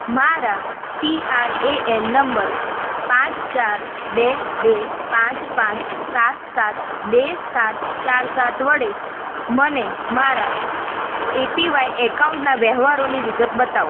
મારા P R A N number પાંચ ચાર બે બે પાંચ પાંચ સાત સાત બે સાત ચાર સાત વડે મને મારા એપીવાય ઍકાઉન્ટના વ્યવહારોની વિગતો બતાવો